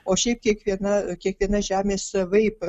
o šiaip kiekviena kiekviena žemė savaip